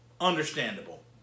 understandable